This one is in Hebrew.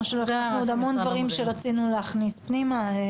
כמו שלא הכנסנו עוד המון דברים שרצינו להכניס פנימה.